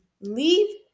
leave